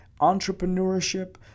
entrepreneurship